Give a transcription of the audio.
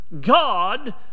God